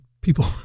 people